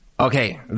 Okay